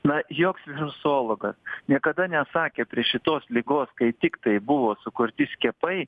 na joks virusologas niekada nesakė prie šitos ligos kai tiktai buvo sukurti skiepai